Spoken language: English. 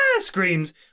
screams